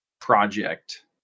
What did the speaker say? project